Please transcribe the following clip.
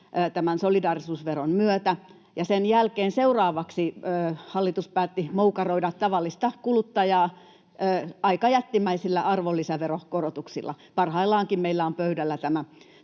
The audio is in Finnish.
tämän solidaarisuusveron myötä, ja sen jälkeen, seuraavaksi, hallitus päätti moukaroida tavallista kuluttajaa aika jättimäisillä arvonlisäveron korotuksilla. Parhaillaankin meillä on pöydällä nämä